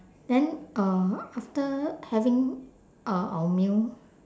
then uh after having uh our meal